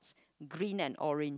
green and orange